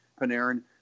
panarin